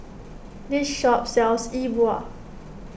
this shop sells E Bua